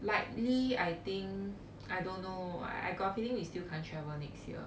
likely I think I don't know I got a feeling we still can't travel next year